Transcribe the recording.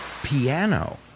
piano